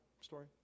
story